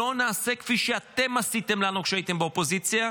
לא נעשה כפי שאתם עשיתם לנו כשהייתם באופוזיציה,